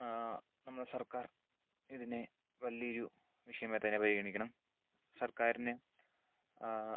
നമ്മളെ സർക്കാർ ഇതിനെ വലിയൊരു വിഷയമായി തന്നെ പരിഗണിക്കണം സർക്കാരിന്